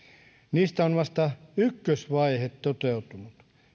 niistä on vasta ykkösvaihe toteutunut